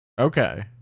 Okay